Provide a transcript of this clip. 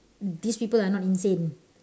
these people are not insane